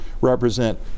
represent